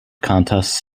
contests